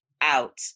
out